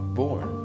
born